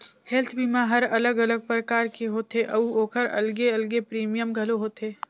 health बीमा हर अलग अलग परकार के होथे अउ ओखर अलगे अलगे प्रीमियम घलो होथे